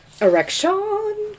Erection